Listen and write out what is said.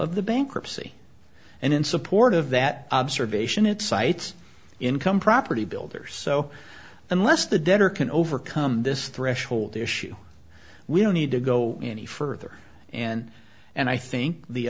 of the bankruptcy and in support of that observation it cites income property builders so unless the debtor can overcome this threshold issue we don't need to go any further and and i think the